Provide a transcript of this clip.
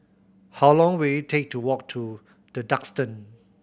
how long will it take to walk to The Duxton